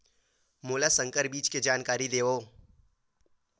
मोला संकर बीज के जानकारी देवो?